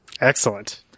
Excellent